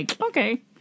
okay